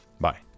Bye